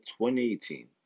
2018